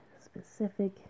specific